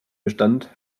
bestand